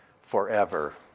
forever